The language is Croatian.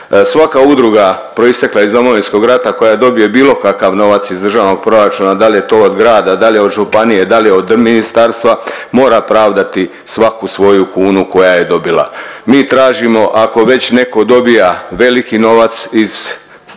Svaka udruga proistekla iz Domovinskog rata koja dobije bilo kakav novac iz državnog proračuna da li je to od grada, da li je od županije, da li je od ministarstva mora pravdati svaku svoju kunu koja je dobila. Mi tražimo ako već neko dobija veliki novac iz državnog